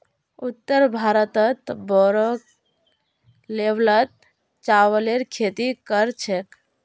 उत्तर भारतत बोरो लेवलत चावलेर खेती कर छेक